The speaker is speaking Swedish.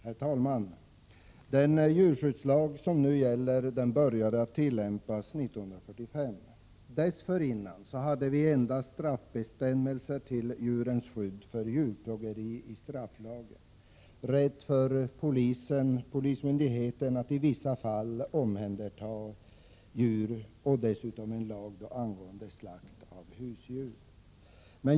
Herr talman! Den djurskyddslag som nu gäller började tillämpas 1945. Dessförinnan fanns endast straffbestämmelser mot djurplågeri i strafflagen, rätt för polismyndigheten att i vissa fall omhänderta djur, och dessutom en lag angående slakt av husdjur.